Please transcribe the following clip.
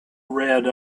red